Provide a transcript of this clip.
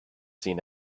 seen